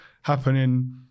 happening